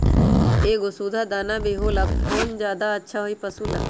एगो सुधा दाना भी होला कौन ज्यादा अच्छा होई पशु ला?